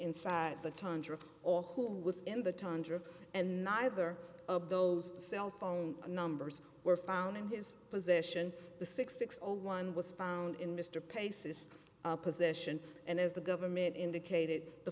inside the tundra or who was in the tundra and neither of those cell phone numbers were found in his possession the sixty six all one was found in mr pace's possession and as the government indicated the